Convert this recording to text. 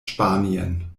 spanien